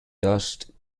dashed